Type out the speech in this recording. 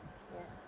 ya